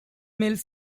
mills